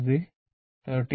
ഇത് 13